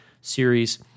series